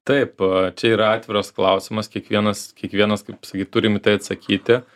taip čia yra atviras klausimas kiekvienas kiekvienas kaip sakyt turim į tai atsakyti